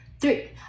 three